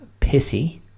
Pissy